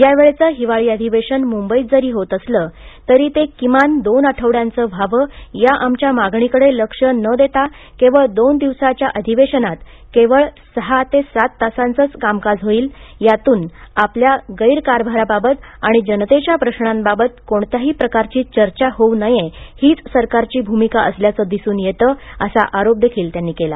या वेळचे हिवाळी अधिवेशन मुंबईत जरी होत असले तरी ते किमान दोन आठवड्याचे व्हावे या आमच्या मागणीकडे लक्ष न देता केवळ दोन दिवसाच्या अधिवेशनात केवळ सहा ते सात तासांचेच कामकाज होईल यातून आपल्या गैरकारभाराबाबत आणि जनतेच्या प्रश्नाबाबत कोण्यात्याही प्रकारची चर्चा होऊ नये हीच सरकारची भूमिका असल्याचे दिसून येतेअसा आरोप देखील त्यांनी केला